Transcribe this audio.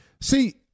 See